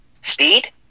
Speed